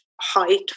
height